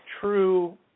true